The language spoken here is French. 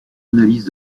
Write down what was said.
analyse